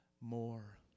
more